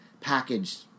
packaged